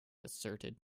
asserted